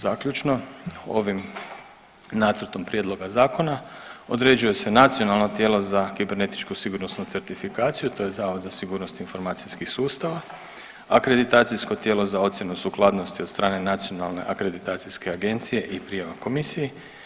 Zaključno, ovim nacrtom prijedloga zakona određuje se nacionalna tijela za kibernetičku sigurnosnu certifikaciju to je Zavod za sigurnost informacijskih sustava, akreditacijsko tijelo za ocjenu sukladnosti od strane nacionalne akreditacijske agencije i prijema komisiji.